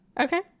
Okay